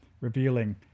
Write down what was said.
revealing